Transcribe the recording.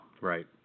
Right